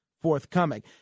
forthcoming